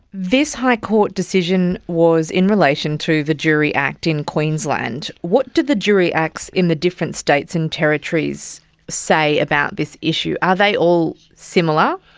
this high court decision was in relation to the jury act in queensland. what did the jury acts in the different states and territories say about this issue? are they all similar?